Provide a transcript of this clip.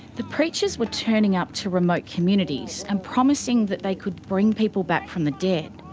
the preachers were turning up to remote communities, and promising that they could bring people back from the dead.